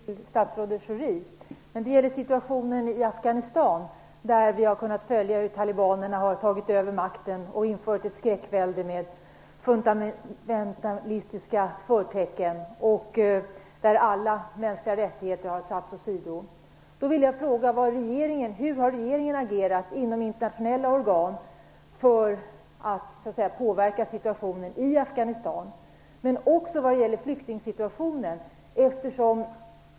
Fru talman! Jag har också en fråga till statsrådet Schori, men den gäller situationen i Afghanistan. Vi har kunnat följa hur talibanerna har tagit över makten och infört ett skräckvälde med fundamentalistiska förtecken där alla mänskliga rättigheter har satts åsido. Hur har regeringen agerat inom internationella organ för att påverka situationen i Afghanistan, men också vad det gäller flyktingsituationen?